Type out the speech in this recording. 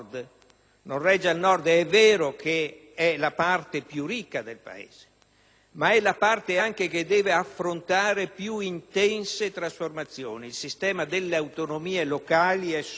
non regge al Nord. È vero che il Nord è la parte più ricca del Paese, ma è anche la parte che deve affrontare le più intense trasformazioni. Il sistema delle autonomie locali è sotto